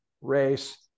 race